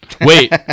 Wait